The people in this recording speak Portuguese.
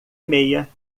meia